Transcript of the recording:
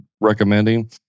recommending